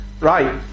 right